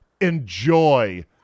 enjoy